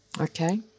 Okay